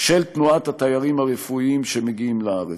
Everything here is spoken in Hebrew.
של תנועת התיירים הרפואיים שמגיעים לארץ.